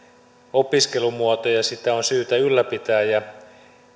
opiskelumuoto ja sitä on syytä ylläpitää ja